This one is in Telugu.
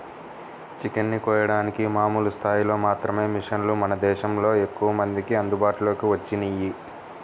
చికెన్ ని కోయడానికి మామూలు స్థాయిలో మాత్రమే మిషన్లు మన దేశంలో ఎక్కువమందికి అందుబాటులోకి వచ్చినియ్యి